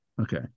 Okay